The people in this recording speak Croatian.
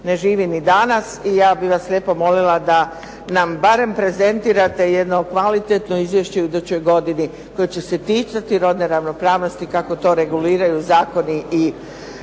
ne živi ni danas i ja bih vas lijepo molila da nam barem prezentirane jedno kvalitetno izvješće u idućoj godini koje će se ticati rodne ravnopravnosti kako to reguliraju zakoni i